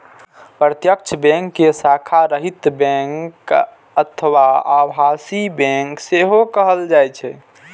प्रत्यक्ष बैंक कें शाखा रहित बैंक अथवा आभासी बैंक सेहो कहल जाइ छै